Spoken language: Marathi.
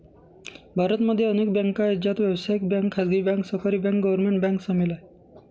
भारत मध्ये अनेक बँका आहे, ज्यात व्यावसायिक बँक, खाजगी बँक, सहकारी बँक, गव्हर्मेंट बँक सामील आहे